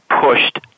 pushed